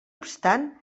obstant